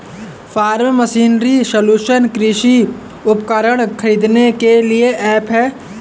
form machinery solution कृषि उपकरण खरीदने के लिए ऐप है